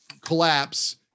collapse